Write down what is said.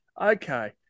okay